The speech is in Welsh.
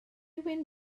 wyn